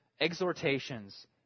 exhortations